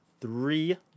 three